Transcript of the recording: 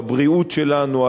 על הבריאות שלנו,